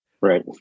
right